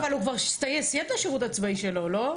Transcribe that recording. רגע, אבל הוא כבר סיים את השירות הצבאי שלו, לא?